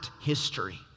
history